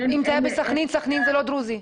אם זה היה בסכנין סכנין זה לא דרוזי.